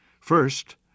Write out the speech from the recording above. First